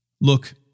Look